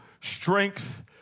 strength